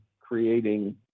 creating